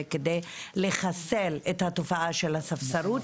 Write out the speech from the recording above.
וכדי לחסל את התופעה של הספסרות,